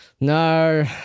No